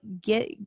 get